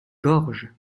gorge